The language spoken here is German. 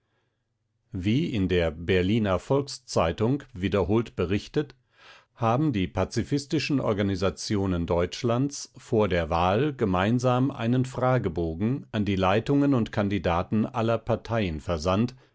wie in der berliner volkszeitung wiederholt berichtet haben die pazifistischen organisationen deutschlands vor der wahl gemeinsam einen fragebogen an die leitungen und kandidaten aller parteien versandt